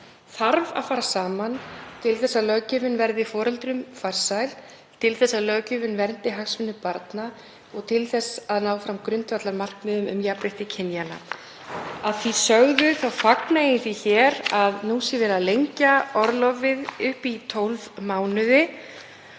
þarf að fara saman til að löggjöfin verði foreldrum farsæl, til að löggjöfin verndi hagsmuni barna og til þess að ná fram grundvallarmarkmiðum um jafnrétti kynjanna. Að því sögðu þá fagna ég því hér að nú sé verið að lengja orlofið í 12 mánuði